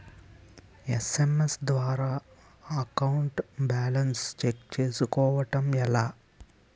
SMS ద్వారా account balance check చేసుకోవటం ఎలా?